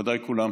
מכובדיי כולם,